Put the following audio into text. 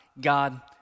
God